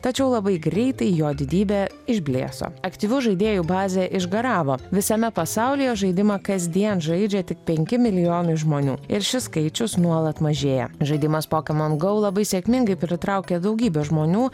tačiau labai greitai jo didybė išblėso aktyvių žaidėjų bazė išgaravo visame pasaulyje žaidimą kasdien žaidžia tik penki milijonai žmonių ir šis skaičius nuolat mažėja žaidimas pokemon go labai sėkmingai pritraukė daugybę žmonių